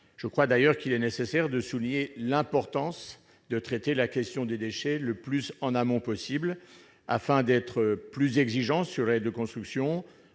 me paraît d'ailleurs nécessaire de souligner l'importance de traiter la question des déchets le plus en amont possible, afin d'être plus exigeant sur la date de construction.